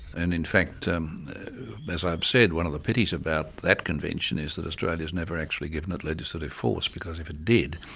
and in fact um as i've said, one of the pities about that convention is that australia's never actually given it legislative force, because if it did,